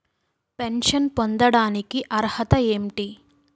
Pension పొందడానికి అర్హత ఏంటి?